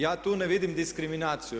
Ja tu ne vidim diskriminaciju.